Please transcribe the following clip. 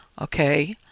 Okay